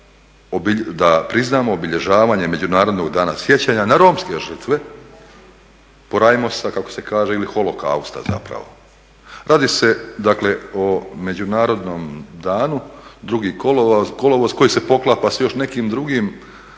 da priznamo obilježavanje Međunarodnog dana sjećanja na romske žrtve porajmosa kako se kaže ili holokausta zapravo. Radi se dakle o međunarodnom danu 2. kolovoz koji se poklapa s još nekim drugim